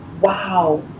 Wow